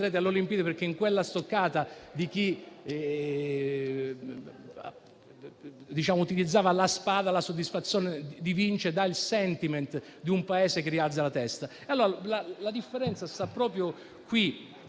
alle Olimpiadi, perché in quella stoccata di chi utilizzava la spada c'erano la soddisfazione e il *sentiment* di un Paese che rialza la testa. La differenza sta proprio qui: